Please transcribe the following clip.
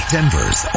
Denver's